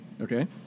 Okay